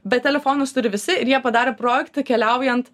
bet telefonus turi visi jie padarė projektą keliaujant